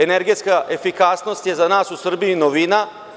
Energetska efikasnost je za nas u Srbiji novina.